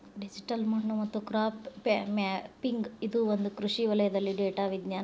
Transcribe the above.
digital ಮಣ್ಣು ಮತ್ತು crop mapping ಇದು ಒಂದು ಕೃಷಿ ವಲಯದಲ್ಲಿ ಡೇಟಾ ವಿಜ್ಞಾನ